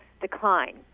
decline